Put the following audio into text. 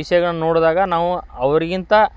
ವಿಷಯಗಳನ್ನು ನೋಡಿದಾಗ ನಾವು ಅವರಿಗಿಂತ